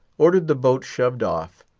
ordered the boat shoved off.